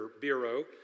Bureau